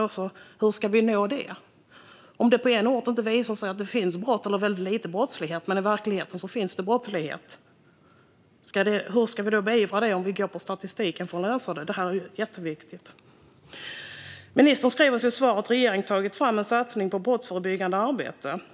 Om statistiken visar att det på en ort inte begås några brott eller finns väldigt lite brottslighet, fast det i verkligheten är tvärtom - hur ska vi bemöta det? Vi kan ju inte använda statistiken för att lösa det. Detta är jätteviktigt. Ministern skriver i sitt svar att regeringen har tagit fram en satsning på brottsförebyggande arbete.